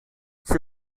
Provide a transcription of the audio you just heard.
she